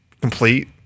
complete